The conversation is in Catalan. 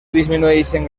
disminueixen